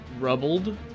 rubbled